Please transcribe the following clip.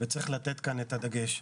וצריך לתת כאן את הדגש.